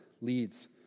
leads